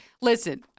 listen